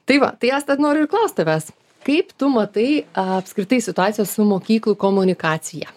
tai va tai asta noriu klaust savęs kaip tu matai apskritai situaciją su mokyklų komunikacija